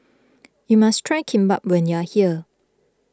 you must try Kimbap when you are here